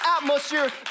atmosphere